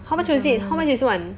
how much was it how much is one